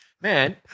Man